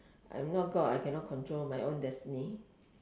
I'm not god I cannot control my own destiny